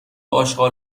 اشغال